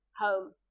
home